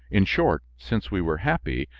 in short, since we were happy,